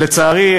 לצערי,